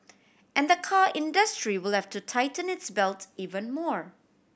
and the car industry will have to tighten its belt even more